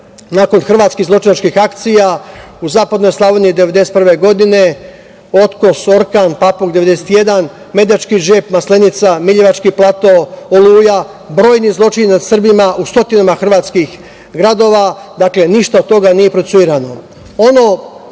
nakon hrvatskih zločinačkih akcija, u zapadnoj Slavoniji 1991. godine „Otkos“, „Orkan“, „Papuk 91“, „Medački džep“, „Maslenica“, „Miljevački plato“, „Oluja“, brojni zločini nad Srbima u stotinama hrvatskih gradova. Dakle, ništa od toga nije procesuirano. Ono